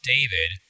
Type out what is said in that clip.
David